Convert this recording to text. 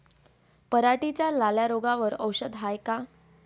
पराटीच्या लाल्या रोगावर औषध हाये का?